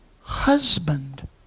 husband